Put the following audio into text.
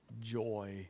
joy